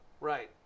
Right